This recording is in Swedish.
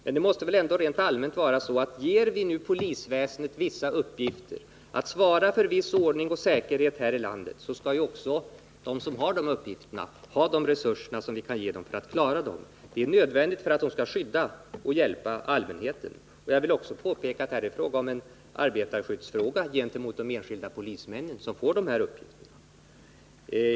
Men det måste väl ändå rent allmänt vara så att om vi ger polisväsendet vissa uppgifter, att svara för viss ordning och säkerhet här i landet, så skall också de som har uppgifterna ha de resurser vi kan ge dem för att klara uppdraget. Det är nödvändigt för att de skall kunna skydda och hjälpa allmänheten. Jag vill också påpeka att det här även gäller arbetarskyddsfrågor för de enskilda polismän som får de här uppgifterna.